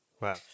Wow